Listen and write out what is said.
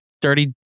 dirty